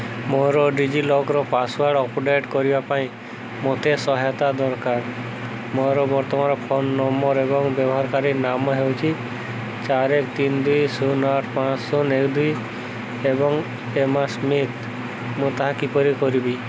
ମୋର DigiLocker password update କରିବା ପାଇଁ ମୋତେ ସହାୟତା ଦରକାର ମୋର ବର୍ତ୍ତମାନର ଫୋନ୍ ନମ୍ବର୍ ଏବଂ ବ୍ୟବହାରକାରୀ ନାମ ହେଉଛି ଚାରି ଏକ ତିନି ଦୁଇ ଶୂନ ଆଠ ପାଞ୍ଚ ଶୂନ ଏକ ଦୁଇ ଏବଂ ଏମାସ୍ମିଥ୍ ମୁଁ ତାହା କିପରି କରିବି